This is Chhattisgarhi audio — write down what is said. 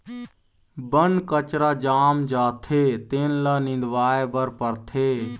बन कचरा जाम जाथे तेन ल निंदवाए बर परथे